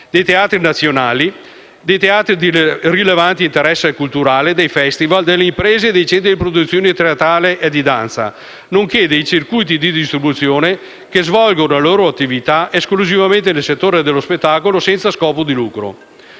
dei teatri nazionali, dei teatri di rilevante interesse culturale, dei *festival*, delle imprese e dei centri di produzione teatrale e di danza, nonché dei circuiti di distribuzione che svolgono le loro attività esclusivamente nel settore dello spettacolo senza scopo di lucro.